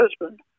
husband